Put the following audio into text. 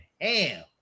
Ham